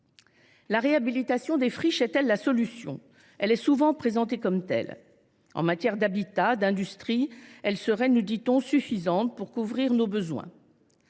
La réhabilitation des friches est elle la solution ? Elle est souvent présentée comme telle. En matière d’habitat et d’industrie, elle serait, nous dit on, suffisante pour couvrir nos besoins.